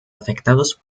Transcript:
afectados